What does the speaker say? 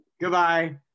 goodbye